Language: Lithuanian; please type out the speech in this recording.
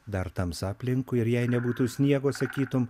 dar tamsa aplinkui ir jei nebūtų sniego sakytum